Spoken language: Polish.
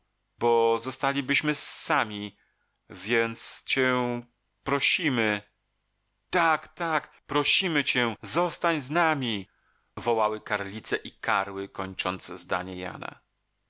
bo zostalibyśmy sami więc cię prosimy tak tak prosimy cię zostań z nami wołały karlice i karły kończąc zdanie jana